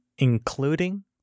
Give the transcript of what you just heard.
Including